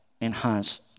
enhance